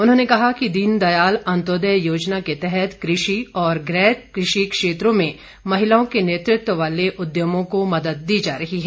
उन्होंने कहा कि दीनदयाल अंत्योदय योजना के तहत कृषि और गैर कृषि क्षेत्रों में महिलाओं के नेतत्व वाले उद्यमों को मदद दी जा रही है